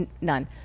None